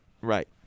Right